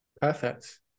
Perfect